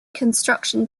construction